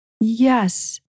Yes